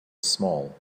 small